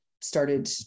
started